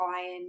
iron